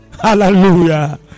hallelujah